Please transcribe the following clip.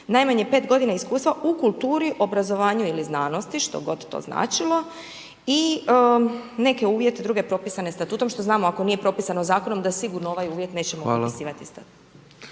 najmanje 5 godina iskustva u kulturi, obrazovanju ili znanosti što god to značilo i neke uvjete propisane statutom što znamo ako nije propisano zakonom da ovaj uvjet nećemo …/Upadica: